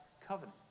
covenant